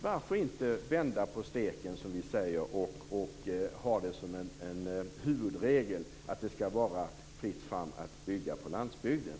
Varför inte som vi säger vända på steken och ha som huvudregel att det skall vara fritt fram att bygga på landsbygden?